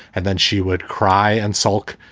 and then she would cry and sulk,